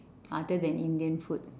other than indian food